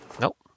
Nope